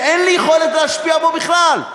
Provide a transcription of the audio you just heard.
שאין לי יכולת להשפיע בו בכלל,